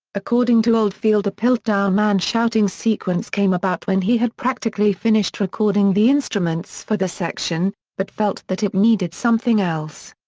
according to oldfield the piltdown man shouting sequence came about when he had practically finished recording the instruments for the section, but felt that it needed something else.